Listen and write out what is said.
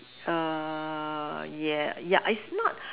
err yeah yeah it's not